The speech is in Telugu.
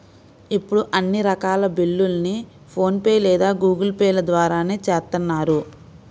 ఇప్పుడు అన్ని రకాల బిల్లుల్ని ఫోన్ పే లేదా గూగుల్ పే ల ద్వారానే చేత్తన్నారు